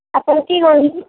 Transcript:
ଆପଣ କିଏ